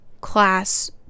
class